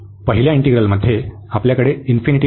पहिल्या इंटिग्रलमध्ये आमच्याकडे इन्फिनिटी नाही